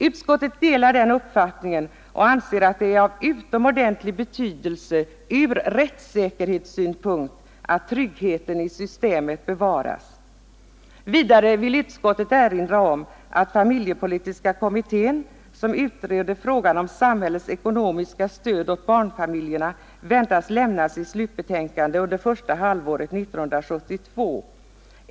Utskottet delar den uppfattningen och anser att det är av utomordentlig betydelse från rättssäkerhetssynpunkt att tryggheten i systemet bevaras. Vidare vill utskottet erinra om att familjepolitiska kommittén, som utredde frågan om samhällets ekonomiska stöd åt barnfamiljerna, väntas lämna sitt slutbetänkande under första halvåret 1972.